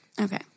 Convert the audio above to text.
Okay